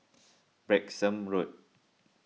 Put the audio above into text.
Branksome Road